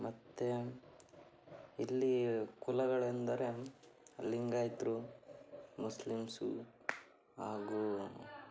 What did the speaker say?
ಮತ್ತೆ ಇಲ್ಲಿ ಕುಲಗಳೆಂದರೆ ಲಿಂಗಾಯತರು ಮುಸ್ಲಿಮ್ಸು ಹಾಗೂ